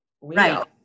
Right